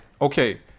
Okay